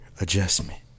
adjustment